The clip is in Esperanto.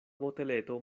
boteleto